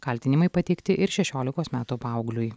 kaltinimai pateikti ir šešiolikos metų paaugliui